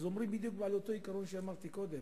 אומרים שזה בדיוק אותו עיקרון שאמרתי קודם: